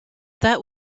that